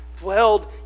dwelled